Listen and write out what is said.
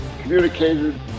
communicated